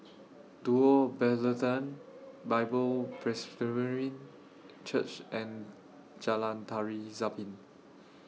Duo Bethlehem Bible Presbyterian Church and Jalan Tari Zapin